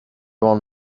one